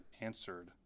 answered